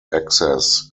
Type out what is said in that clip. access